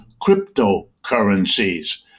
cryptocurrencies